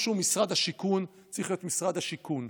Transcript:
מה שהוא משרד השיכון צריך להיות משרד השיכון.